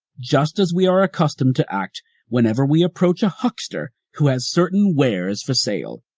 just as we are accustomed to act whenever we approach a huckster who has certain wares for sale.